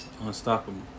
Unstoppable